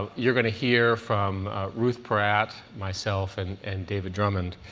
ah you're going to hear from ruth porat, myself, and and david drummond.